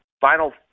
final